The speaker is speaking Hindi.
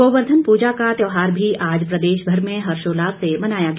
गोवर्धन पूजा का त्यौहार भी आज प्रदेशभर में हर्षोल्लास से मनाया गया